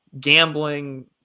gambling